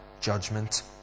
judgment